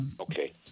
Okay